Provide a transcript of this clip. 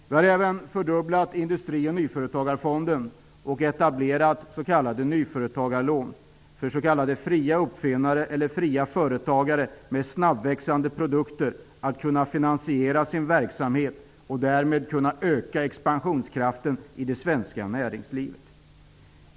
Vi har även fördubblat Industri och nyföretagarfonden och etablerat nyföretagarlån för s.k. fria uppfinnare eller fria företagare med snabbväxande produkter så att de kan finansiera sin verksamhet och därmed öka expansionskraften i det svenska näringslivet.